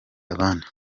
abandi